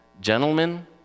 Gentlemen